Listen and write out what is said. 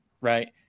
Right